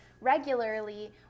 regularly